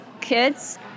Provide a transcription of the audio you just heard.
kids